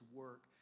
work